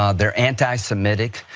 ah they're anti semitic,